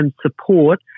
support